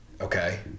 okay